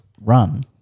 run